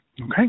okay